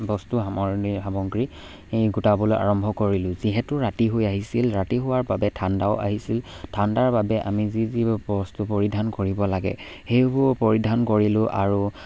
বস্তু সামৰণী সামগ্ৰী গোটাবলৈ আৰম্ভ কৰিলো যিহেতু ৰাতি হৈ আহিছিল ৰাতি হোৱাৰ বাবে ঠাণ্ডাও আহিছিল ঠাণ্ডাৰ বাবে আমি যি যি বস্তু পৰিধান কৰিব লাগে সেইবোৰ পৰিধান কৰিলো আৰু